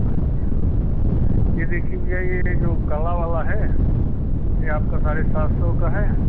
अच्छा यह देखिए भैया यह जो काला वाला है यह आपका साढ़े सात सौ का है